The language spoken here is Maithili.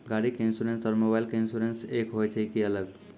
गाड़ी के इंश्योरेंस और मोबाइल के इंश्योरेंस एक होय छै कि अलग?